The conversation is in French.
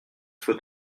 faut